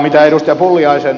mitä ed